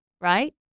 Right